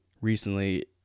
recently